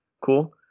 cool